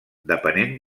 depenent